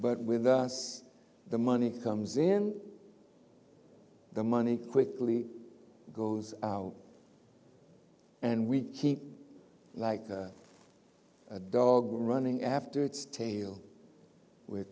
but with us the money comes in the money quickly goes out and we keep like a dog running after its tail we're